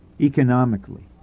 economically